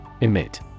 Emit